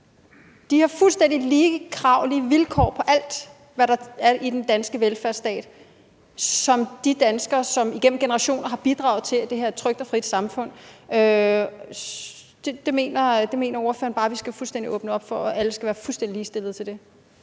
har fuldstændig de samme krav på alt, hvad der er i den danske velfærdsstat, som de danskere, som igennem generationer har bidraget til, at det her er et trygt og frit samfund, og ordføreren mener, at vi skal åbne op for, at alle er fuldstændig lige stillet i